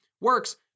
works